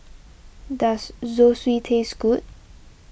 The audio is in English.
does Zosui taste good